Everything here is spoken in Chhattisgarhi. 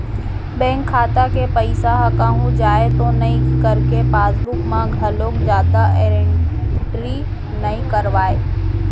बेंक खाता के पइसा ह कहूँ जाए तो नइ करके पासबूक म घलोक जादा एंटरी नइ करवाय